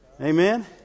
Amen